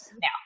now